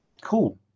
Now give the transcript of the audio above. Cool